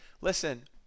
listen